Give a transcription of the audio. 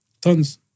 Tons